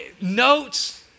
notes